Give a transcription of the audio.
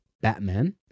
Batman